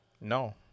No